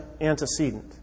antecedent